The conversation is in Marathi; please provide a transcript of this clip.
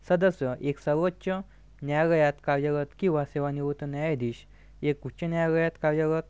सदस्य एक सर्वोच्च न्यायालयात कार्यरत किंवा सेवानिवृत्त न्यायाधीश एक उच्च न्यायालयात कार्यरत